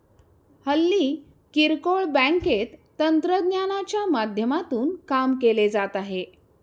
हल्ली किरकोळ बँकेत तंत्रज्ञानाच्या माध्यमातून काम केले जात आहे